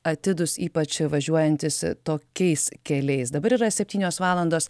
atidūs ypač važiuojantys tokiais keliais dabar yra septynios valandos